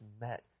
met